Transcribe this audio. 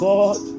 God